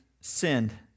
sinned